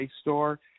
store